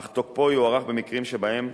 אך תוקפו יוארך במקרים שבהם